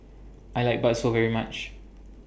I like Bakso very much